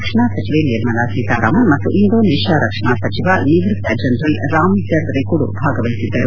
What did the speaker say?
ರಕ್ಷಣಾ ಸಚಿವೆ ನಿರ್ಮಲಾ ಸೀತಾರಾಮನ್ ಮತ್ತು ಇಂಡೋನೇಷ್ಕಾ ರಕ್ಷಣಾ ಸಚಿವ ನಿವೃತ್ತ ಜನರಲ್ ರಾಮಿಜರ್ದ್ ರಿಕುಡು ಭಾಗವಹಿಸಿದ್ದರು